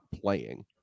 playing